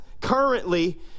currently